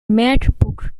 macbook